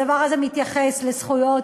הדבר הזה מתייחס לזכויות